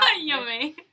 yummy